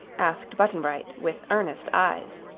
asked button-bright, with earnest eyes.